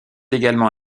également